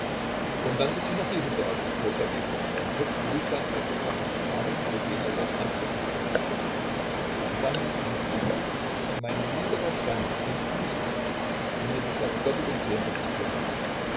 und dann muß ich noch dieses sagen fuhr ssergej fort seinen kopf behutsam aus den nackten armen katerina lwownas befreiend und dann muß ich noch dieses sagen mein niederer stand zwingt mich mir die sache doppelt und zehnfach zu überlegen